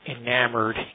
enamored